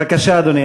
בבקשה, אדוני.